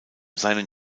seinen